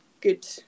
good